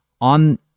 on